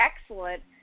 excellent